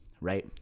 right